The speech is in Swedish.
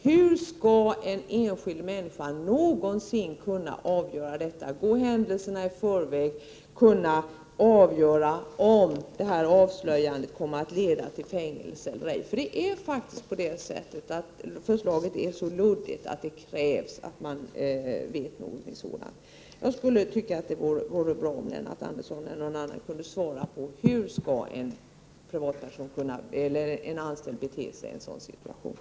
Hur skall en enskild människa någonsin kunna avgöra detta, dvs. gå händelserna i förväg och bedöma om avslöjandet kommer att leda till fängelse eller ej. Förslaget är faktiskt så luddigt att det krävs att man kan göra den bedömningen. Det vore bra om Lennart Andersson eller någon annan kunde svara på frågan: Hur skall en anställd bete sig i en sådan situation?